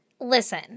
Listen